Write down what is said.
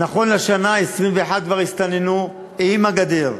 ונכון לשנה זו 21 כבר הסתננו עם הגדר,